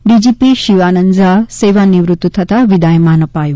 DGP Shivanand Jha સેવા નિવૃત થતાં વિદાયમાન અપાયું